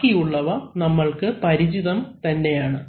ബാക്കിയുള്ളവ നമ്മൾക്ക് പരിചിതം തന്നെയാണ്